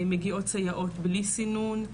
מגיעות סייעות בלי סינון.